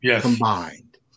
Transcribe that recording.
combined